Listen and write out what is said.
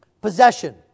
Possession